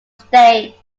stage